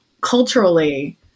culturally